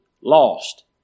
lost